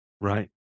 right